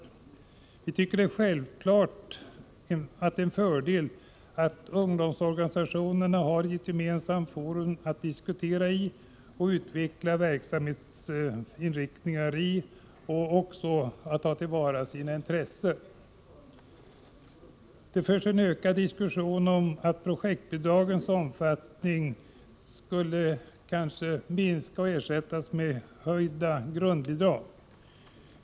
Det är en självklar fördel att ungdomsorganisationerna har ett gemensamt forum för att diskutera och utveckla sina verksamhetsinriktningar och ta till vara sina intressen. Det förs en ökad diskussion om att projektbidragens omfattning eventuellt skulle kunna minskas och ersättas av en höjning av grundbidragen.